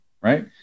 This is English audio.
Right